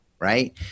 Right